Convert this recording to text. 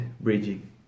bridging